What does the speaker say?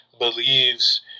believes